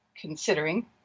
considering